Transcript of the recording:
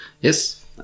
Yes